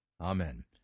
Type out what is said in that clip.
Amen